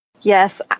yes